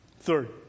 Third